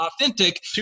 authentic